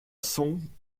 song